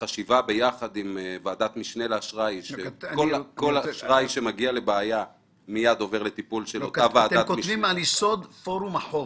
כל אשראי שמגיע לבעיה עובר מיד לטיפול של אותה ועדת משנה לאשראי.